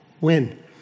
win